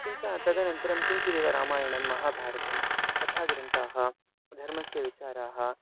किञ्च तदनन्तरं किञ्चिदेव रामायणं महाभारतं कथाग्रन्थाः धर्मस्य विचाराः